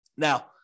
Now